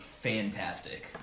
fantastic